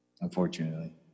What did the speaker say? unfortunately